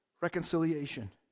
reconciliation